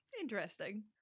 Interesting